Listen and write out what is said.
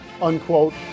unquote